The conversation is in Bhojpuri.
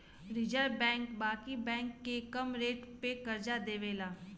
रिज़र्व बैंक बाकी बैंक के कम रेट पे करजा देवेला